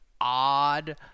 odd